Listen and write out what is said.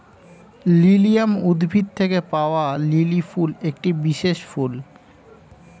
lilium উদ্ভিদ থেকে পাওয়া লিলি ফুল একটি বিশেষ ফুল